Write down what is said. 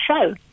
show